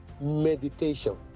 meditation